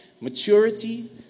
Maturity